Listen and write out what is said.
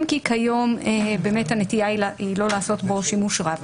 אם כי כיום באמת הנטייה היא לא לעשות בו שימוש רב.